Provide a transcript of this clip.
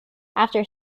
after